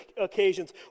occasions